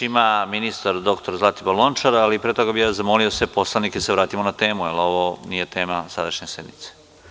Reč ima ministar Zlatibor Lončar, ali pre toga bih zamolio sve poslanike da se vratimo na temu, jer ovo nije tema sadašnje sednice.